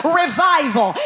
revival